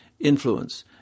Influence